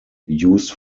used